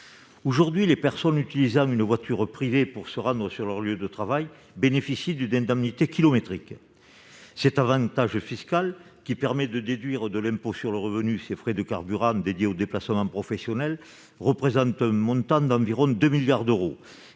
Aujourd'hui, les personnes utilisant une voiture privée pour se rendre sur leur lieu de travail bénéficient d'une indemnité kilométrique. Cet avantage fiscal, qui permet de déduire de l'impôt sur le revenu les frais de carburant dédiés aux déplacements professionnels, représente un montant d'environ 2 milliards d'euros